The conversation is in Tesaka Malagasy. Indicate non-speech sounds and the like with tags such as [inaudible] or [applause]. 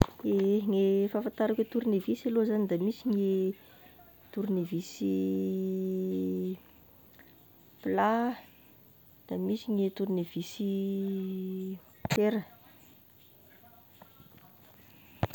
Ehe, gne fahafantarako e tornevisy aloha zagny de misy gne tornevisy [hesitation] plat, da misy gne tournevis [hesitation] paire.